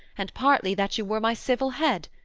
and partly that you were my civil head,